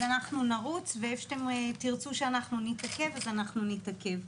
אז נרוץ, ואיפה שתרצו שנתעכב אז נתעכב.